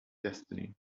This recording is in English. destiny